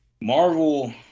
Marvel